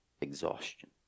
exhaustion